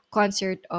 concert